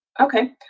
Okay